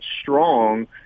strong